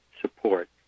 support